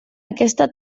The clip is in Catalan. aquesta